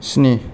स्नि